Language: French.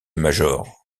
major